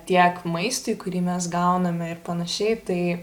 tiek maistui kurį mes gauname ir panašiai tai